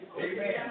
Amen